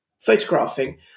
photographing